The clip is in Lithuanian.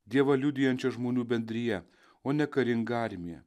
dievą liudijančia žmonių bendrija o ne karinga armija